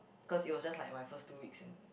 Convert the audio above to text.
cause it was just like my first two weeks in